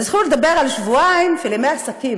אז התחילו לדבר על שבועיים של ימי עסקים,